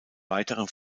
weiteren